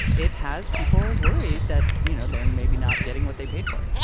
it has people worried that, you know, they're maybe not getting what they paid for.